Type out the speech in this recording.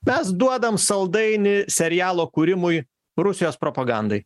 mes duodam saldainį serialo kūrimui rusijos propagandai